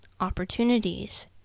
opportunities